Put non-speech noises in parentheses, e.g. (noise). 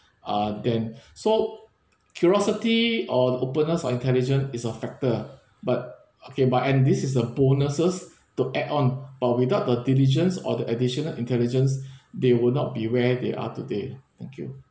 uh than (breath) so curiosity or openness or intelligent is a factor but okay but and this is the bonuses to add on but without the diligence or the additional intelligence (breath) they would not be where they are today thank you